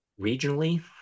regionally